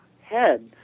head